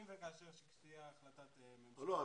זאת אומרת אתם מבקשים שאם וכאשר תהיה החלטת ממשלה --- לא,